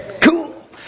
cool